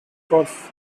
golf